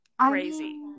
crazy